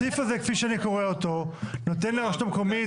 הסעיף הזה כפי שאני קורא אותו נותן לרשות המקומית,